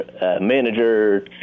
manager